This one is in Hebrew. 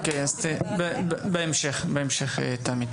אוקיי, בהמשך, תמי.